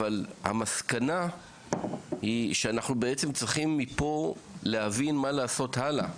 אבל המסקנה היא שאנחנו בעצם צריכים מפה להבין מה לעשות הלאה,